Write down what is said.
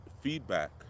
feedback